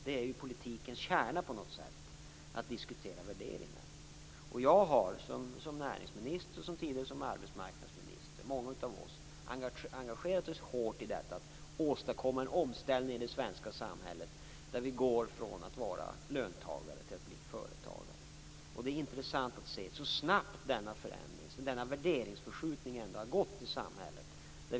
Det är politikens kärna att diskutera värderingar. Jag i min egenskap av näringsminister, och tidigare som arbetsmarknadsminister, och andra har engagerat oss hårt i att åstadkomma en omställning i det svenska samhället där vi går från att vara löntagare till att bli företagare. Det är intressant att se hur snabbt denna förändring och värderingsförskjutning i samhället ändå har gått.